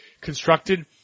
constructed